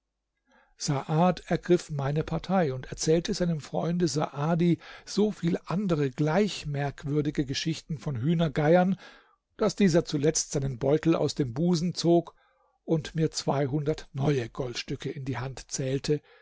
saad ergriff meine partei und erzählte seinem freunde saadi so viel andere gleich merkwürdige geschichten von hühnergeiern daß dieser zuletzt seinen beutel aus dem busen zog und mir zweihundert neue goldstücke in die hand zählte